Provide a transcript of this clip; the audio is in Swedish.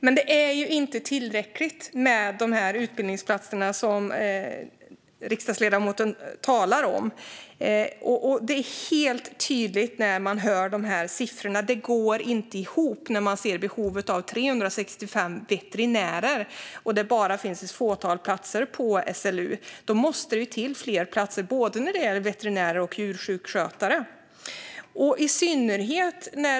Fru talman! Utbildningsplatserna är inte tillräckligt många, och det blir tydligt när man hör siffrorna att det inte går ihop. Det behövs 365 veterinärer, men det finns bara ett fåtal platser på SLU. Det måste till fler platser, både när det gäller veterinärer och djursjukskötare.